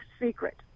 secret